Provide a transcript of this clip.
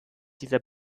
dieser